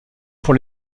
pour